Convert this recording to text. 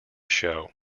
show